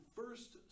first